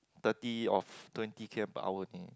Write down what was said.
thirty of twenty K_M per hour only